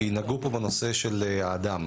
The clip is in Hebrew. כי נגעו פה בנושא של האדם.